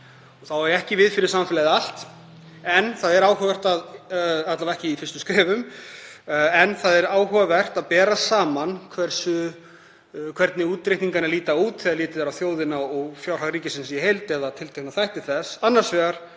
á ég ekki við fyrir samfélagið allt, alla vega ekki í fyrstu skrefum, en það er áhugavert að bera saman hvernig útreikningarnir líta út þegar litið er á þjóðina og fjárhag ríkisins í heild eða tiltekna þætti þess annars vegar